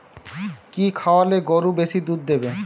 কি খাওয়ালে গরু বেশি দুধ দেবে?